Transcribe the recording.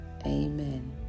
Amen